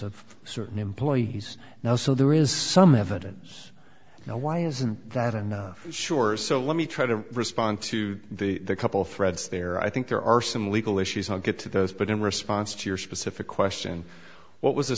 of certain employees now so there is some evidence now why isn't that enough sure so let me try to respond to the couple threads there i think there are some legal issues i'll get to those but in response to your specific question what was